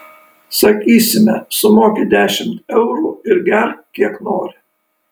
sakysime sumoki dešimt eurų ir gerk kiek nori